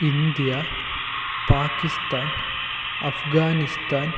India Pakistan Afghanistan